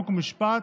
חוק ומשפט